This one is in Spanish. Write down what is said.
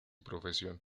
profesión